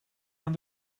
aan